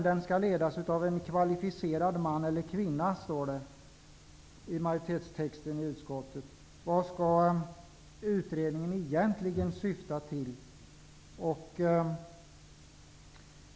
Det står i majoritetens skrivning i utskottets betänkande att utredningen skall ledas av en kvalificerad man eller kvinna. Vad skalll utredningen egentligen syfta till?